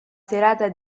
serata